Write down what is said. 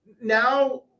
Now